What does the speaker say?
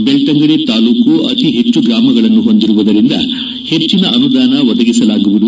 ಬೆಳ್ತಂಗಡಿ ತಾಲೂಕು ಅತಿ ಹೆಚ್ಚು ಗ್ರಾಮಗಳನ್ನು ಹೊಂದಿರುವುದರಿಂದ ಹೆಚ್ಚನ ಅನುದಾನ ಒದಗಿಸಲಾಗುವುದು